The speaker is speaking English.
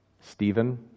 Stephen